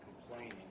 complaining